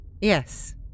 Yes